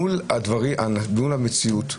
מול המציאות,